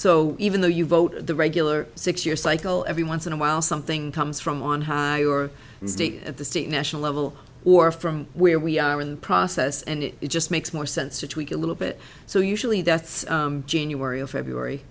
so even though you vote the regular six year cycle every once in awhile something comes from on high or at the state national level or from where we are in the process and it just makes more sense to tweak a little bit so usually that's january or february